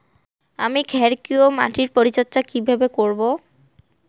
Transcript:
আমি ক্ষারকীয় মাটির পরিচর্যা কিভাবে করব?